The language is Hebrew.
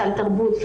סל תרבות,